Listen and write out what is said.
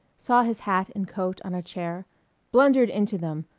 saw his hat and coat on a chair blundered into them,